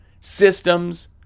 systems